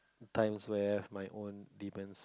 of times where I've my own demons